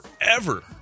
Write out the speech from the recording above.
forever